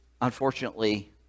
unfortunately